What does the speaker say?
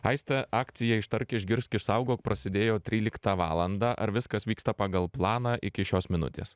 aiste akcija ištark išgirsk išsaugok prasidėjo tryliktą valandą ar viskas vyksta pagal planą iki šios minutės